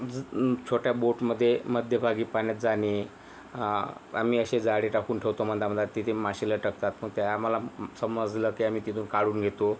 ज छोट्या बोटमध्ये मध्यभागी पाण्यात जाणे आम्ही असे जाळे टाकून ठेवतो मधामधात तिथे मासे लटकतात मग ते आम्हाला समजलं की आम्ही तिथून काढून घेतो